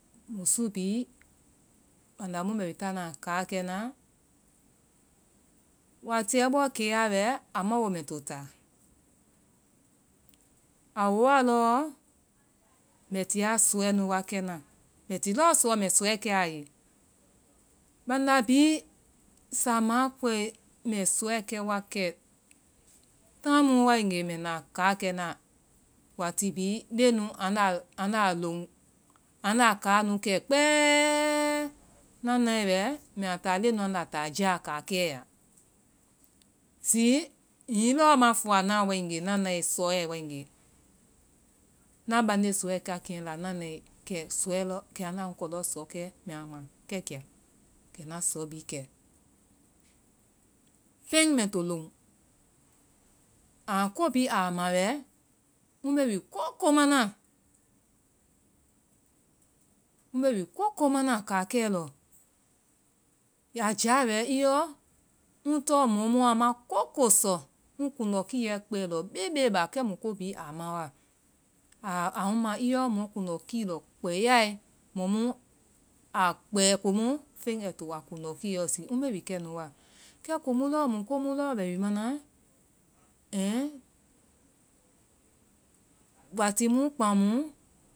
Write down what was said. Musu bhii banda mu ŋ bɛ táana káakɛna, waatiɛ bɔɔ wɛ, a ma woo mbɛ to taa, a woa lɔɔ mbɛ ti a sɔɛ nu wa kɛna, mbɛ ti lɔɔ suɔ mbɛ suɛ kɛya a ye. Banda bhii saama a kpɛe, mbɛ sɔɛ kɛ wakɛ. Táai mu waegee mbɛ mbɛ na káakɛna wati bhii leŋɛ nu anda loŋ anda kaanu kɛ kpɛɛ, ŋna nae wɛ mbɛ a taa leŋɛ nu anda táa jaa káakɛɛ ya. Zi hiŋi lɔɔ ma fua naã waegee, ŋna nae sɔɛ waegee, ŋna bande sɔɛ keŋɛ laa, ŋna nae kɛ anda ŋ kɔ lɔ sɔɛ mande la mbɛ a ma kɛkiya, mbɛ sɔ bhii kɛ pɛŋ mbɛ to loŋ. ko bhii aa ma wɛ ŋ bee kooko mana, mbe wi kooko mana káakɛɛ lɔ. a a jia yɔ wɛ i yɔ ŋ tɔŋ mɔ mu ma kooko sɔ, ŋ kuŋndɔ kiiyɛ lɔ kpɛɛ lɔ beebee ba. Kɛmu ko bhii ma wa, a ŋma yɔ mɔ kuŋndɔ kii yɔ kpɛɛ yae. mɔ mu a kpɛɛ komu feŋ ai to ŋ kuŋndɔ́ kiiyɔ. Zi ŋ bee wi kɛnu wa, kɛ komu lɔɔ mu komu bɛ wi ŋ manaa, wati mu kpaŋmu